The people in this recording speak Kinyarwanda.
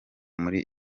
muri